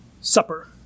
supper